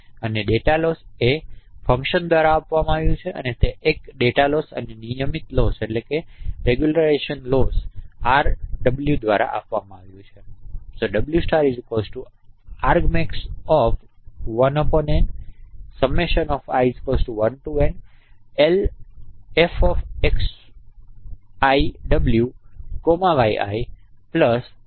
અને data loss એ functions દ્વારા આપવામાં આવે છે l તે ડેટા લોસ છે અને નિયમિત લોસ R દ્વારા આપવામાં આવ્યું છે